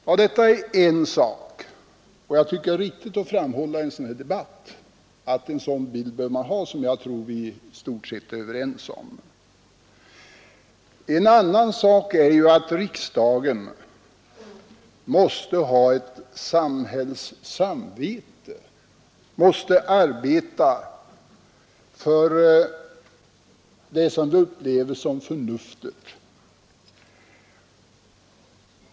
Jag tycker det är riktigt att framhålla detta i en sådan här debatt — jag tror att vi i stort sett är överens om vi skall ha den bilden klar för oss. En annan sak är att riksdagen måste ha ett samhällssamvete, måste arbeta för det som vi upplever som förnuft.